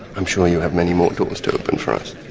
i'm sure you have many more doors to open for us.